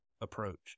approach